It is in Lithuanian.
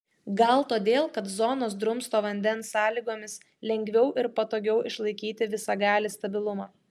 gal todėl kad zonos drumsto vandens sąlygomis lengviau ir patogiau išlaikyti visagalį stabilumą